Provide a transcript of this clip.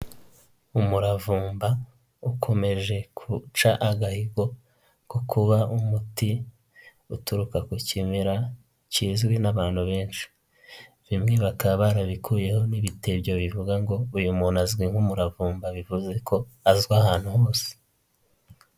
Umuravumba ukomeje guca agahigo ko kuba umuti uturuka ku kimera kizwi n'abantu benshi, bimwe bakaba barabikuyeho n'ibitebyo bivuga ngo "uyu muntu azwi nk'umuravumba" bivuze ko azwi ahantu hose.